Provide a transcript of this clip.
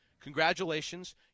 congratulations